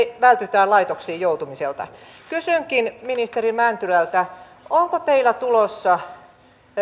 vältytään laitoksiin joutumiselta heikkenee kysynkin ministeri mäntylältä onko teillä tulossa